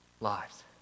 lives